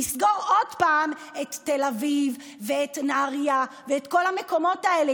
לסגור עוד פעם את תל אביב ואת נהריה ואת כל המקומות האלה,